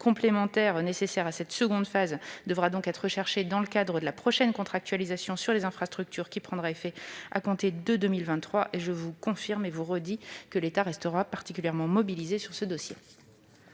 complémentaire nécessaire à cette seconde phase devra donc être recherchée dans le cadre de la prochaine contractualisation sur les infrastructures, qui prendra effet à compter de 2023. Je vous confirme que l'État reste particulièrement mobilisé sur ce dossier.